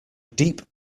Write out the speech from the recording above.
deep